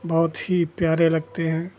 बहुत ही प्यारे लगते हैं